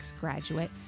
graduate